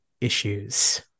issues